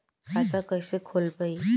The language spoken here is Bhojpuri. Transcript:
खाता कईसे खोलबाइ?